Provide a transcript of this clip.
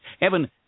Evan